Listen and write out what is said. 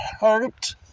hurt